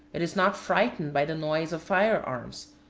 it is not frightened by the noise of fire-arms,